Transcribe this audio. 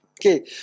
Okay